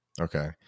Okay